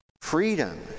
Freedom